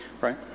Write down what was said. right